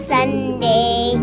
Sunday